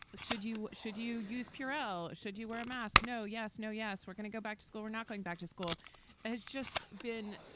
should you should you use purell? should you wear a mask? no. yes. no. yes. we're going to go back to school. we're not going back to school has just been